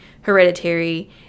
hereditary